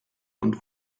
und